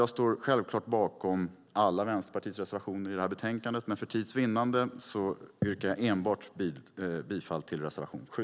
Jag står självklart bakom alla Vänsterpartiets reservationer i detta betänkande, men för tids vinnande yrkar jag bifall enbart till reservation 7.